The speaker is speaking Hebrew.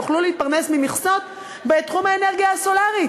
יוכלו להתפרנס ממכסות בתחום האנרגיה הסולרית.